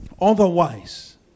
Otherwise